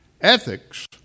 Ethics